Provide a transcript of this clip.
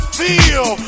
feel